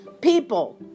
people